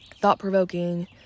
thought-provoking